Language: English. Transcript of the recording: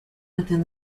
within